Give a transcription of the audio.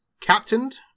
captained